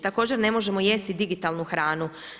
Također, ne možemo jesti digitalnu hranu.